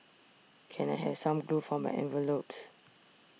can I have some glue for my envelopes